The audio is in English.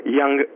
young